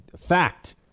fact